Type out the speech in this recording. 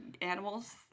animals